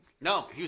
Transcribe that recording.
No